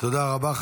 תודה רבה.